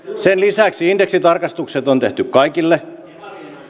sen lisäksi indeksitarkistukset on tehty kaikille